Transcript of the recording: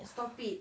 stop it